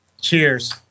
Cheers